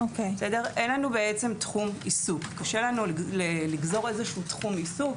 אין לנו תחום עיסוק, קשה לנו לגזור תחום עיסוק